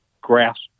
grasp